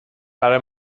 برای